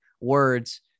words